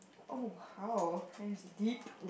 oh !wow! that's deep